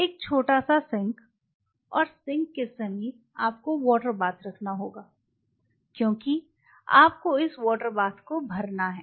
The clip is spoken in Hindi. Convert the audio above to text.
एक छोटा सिंक और सिंक के समीप आपको वाटर बाथ रखना होगा क्योंकि आपको इस वाटर बाथ को भरना है